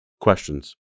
Questions